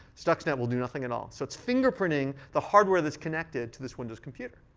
stuxnet will do nothing at all. so it's fingerprinting the hardware that's connected to this windows computer.